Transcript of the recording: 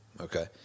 okay